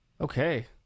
Okay